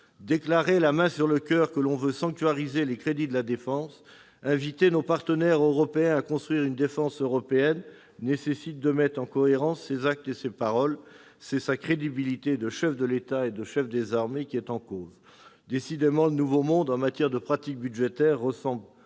Déclarer la main sur le coeur que l'on veut sanctuariser les crédits de la défense, inviter nos partenaires européens à construire une défense européenne nécessite de mettre en cohérence ses actes et ses paroles. C'est sa crédibilité de chef d'État et de chef des armées qui est en cause. Décidément, en matière de pratique budgétaire, le